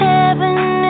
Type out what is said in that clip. Heaven